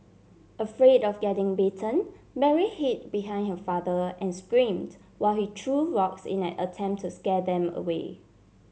afraid of getting bitten Mary hid behind her father and screamed while he threw rocks in an attempt to scare them away